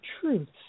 truths